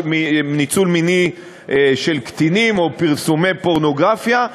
ניצול מיני של קטינים או פרסומי פורנוגרפיה,